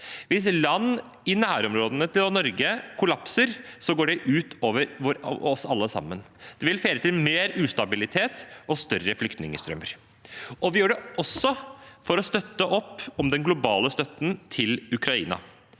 Hvis land i nærområdene til Norge kollapser, går det ut over oss alle sammen. Det vil føre til mer ustabilitet og større flyktningstrømmer. Vi gjør det også for å støtte opp om den globale støtten til Ukraina,